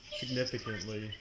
significantly